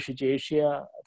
Asia